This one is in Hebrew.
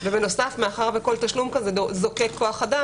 כן,